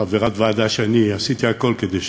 חברת ועדה שאני עשיתי הכול כדי שתיכנס.